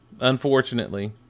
unfortunately